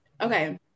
okay